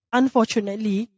unfortunately